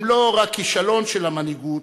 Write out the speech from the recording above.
הם לא רק כישלון של המנהיגות,